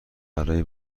برای